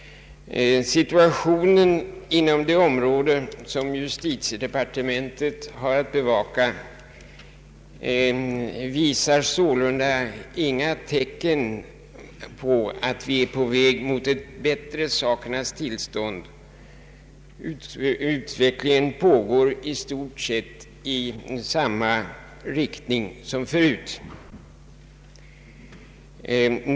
Situationen inom de områden som justitiedepartementet har att bevaka visar sålunda inga tecken på förbättring. Utvecklingen går i stort sett i samma riktning som förut.